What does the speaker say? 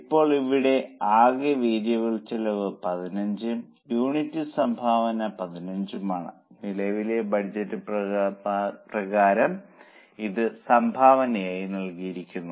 ഇപ്പോൾ ഇവിടെ ആകെ വേരിയബിൾ ചെലവ് 15 ഉം യൂണിറ്റിന് സംഭാവന 15 ഉം ആണ് നിലവിലെ ബജറ്റ് പ്രകാരം ഇത് സംഭാവനയായി നൽകിയിരിക്കുന്നു